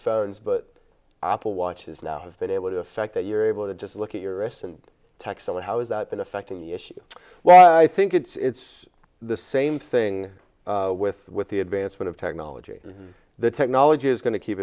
phones but apple watches now have been able to effect that you're able to just look at your wrist and textile how has that been affecting the issue well i think it's the same thing with with the advancement of technology the technology is going to keep